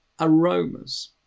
aromas